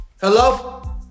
hello